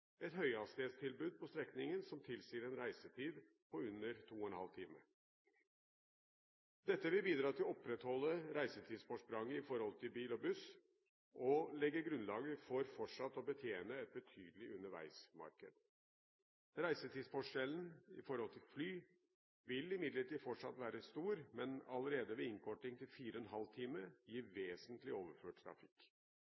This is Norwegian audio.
et høyhastighetstilbud på strekningen som tilsier en reisetid på under 2 ½ time. Dette vil bidra til å opprettholde reisetidsforspranget i forhold til bil og buss og legge grunnlaget for fortsatt å betjene et betydelig underveismarked. Reisetidsforskjellen i forhold til fly vil imidlertid fortsatt være stor, men allerede ved innkorting til 4 ½ time gi